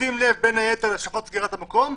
בשים לב בין היתר להשלכות סגירת המקום,